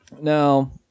Now